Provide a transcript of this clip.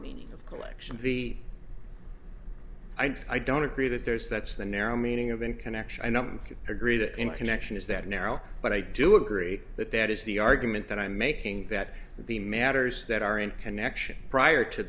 meaning of collection the i don't agree that there is that's the narrow meaning of in connection i don't agree that connection is that narrow but i do agree that that is the argument that i'm making that the matters that are in connection prior to